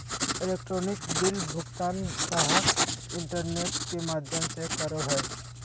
electronic bill भुगतान गाहक internet में माध्यम से करो हइ